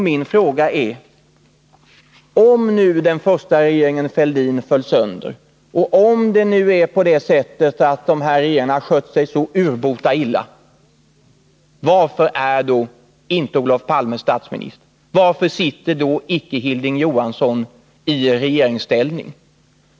Min fråga är: Om nu den första regeringen Fälldin föll sönder och om nu de här regeringarna har skött sig så urbota illa, varför är då inte Olof Palme statsminister? Varför sitter då inte Hilding Johansson i regeringsställning?